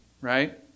right